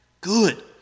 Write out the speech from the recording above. good